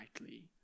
lightly